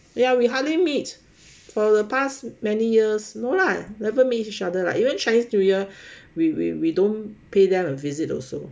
ya we hardly meet for the past many years no lah never meet each other lah even chinese new year we we we don't pay them a visit also